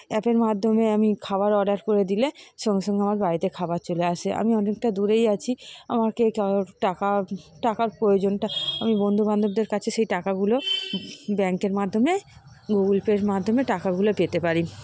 অ্যাপের মাধ্যমে আমি খাবার অর্ডার করে দিলে সঙ্গে সঙ্গে আমার বাড়িতে খাবার চলে আসে আমি অনেকটা দূরেই আছি আমাকে কারোর টাকা টাকার প্রয়োজনটা আমি বন্ধু বান্ধবদের কাছে সেই টাকাগুলো ব্যাঙ্কের মাধ্যমে গুগুল পের মাধ্যমে টাকাগুলো পেতে পারি